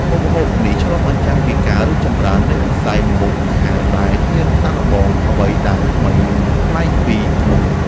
មុខម្ហូបនេះឆ្លុះបញ្ចាំងពីការរីកចម្រើននៃវិស័យម្ហូបអាហារដែលហ៊ានសាកល្បងអ្វីដែលថ្មីនិងប្លែកពីមុន។